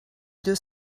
deux